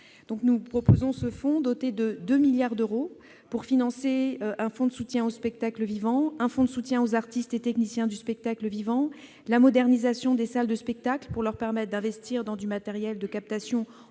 Nous proposons donc un fonds doté de 2 milliards d'euros pour financer : un fonds de soutien au spectacle vivant ; un fonds de soutien aux artistes et techniciens du spectacle vivant ; la modernisation des salles de spectacle- ces dernières pourraient ainsi investir dans du matériel de captation audio